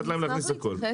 לתת להם להכניס הכול?